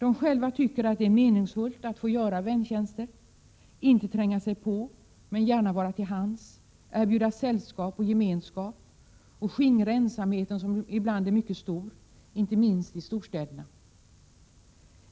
De som utför dessa tjänster tycker att det är meningsfullt att få göra väntjänster, inte tränga sig på men gärna vara till hands, erbjuda sällskap och gemenskap och skingra ensamheten som ibland är mycket stor, inte minst i storstäderna.